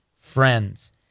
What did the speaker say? friends